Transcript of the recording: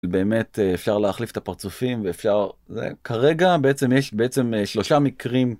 באמת אפשר להחליף את הפרצופים ואפשר כרגע בעצם יש בעצם שלושה מקרים.